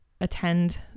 Attend